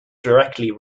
directly